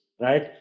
right